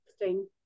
Interesting